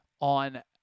on